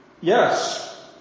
Yes